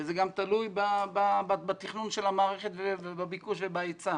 וזה גם תלוי בתכנון של המערכת, בביקוש ובהיצע.